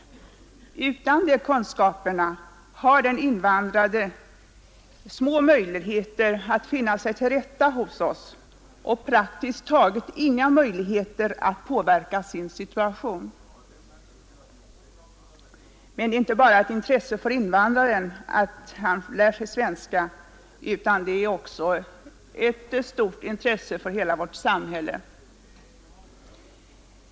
Utan sådana kunskaper har nämligen den invandrade små möjligheter att finna sig till rätta hos oss och praktiskt taget inga möjligheter att påverka sin situation, Det är inte bara ett intresse för invandraren att få lära sig svenska, utan detta är också ett stort intresse för hela vårt samhälle.